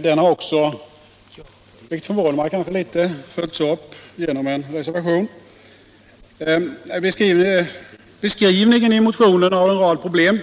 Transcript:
Den har också, vilket kanske förvånar mig litet, följts upp genom en reservation. Beskrivningen i motionen av en rad problem